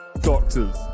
doctors